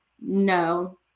no